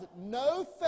no